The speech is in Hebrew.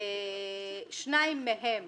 שניים מהם